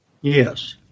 yes